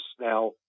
Now